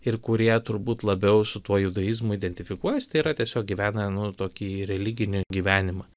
ir kurie turbūt labiau su tuo judaizmu identifikuojas tai yra tiesiog gyvena nu tokį religinį gyvenimą